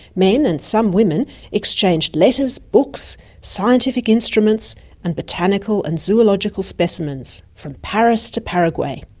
men and some women exchanged letters, books, scientific instruments and botanical and zoological specimens, from paris to paraguay.